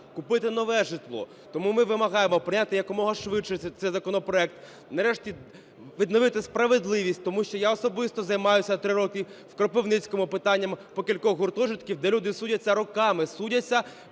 купити нове житло. Тому ми вимагаємо прийняти якомога швидше цей законопроект, нарешті відновити справедливість, тому що я особисто займаюся, три роки, в Кропивницькому питанням по кількох гуртожитках, де люди судяться роками, судяться,